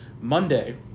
Monday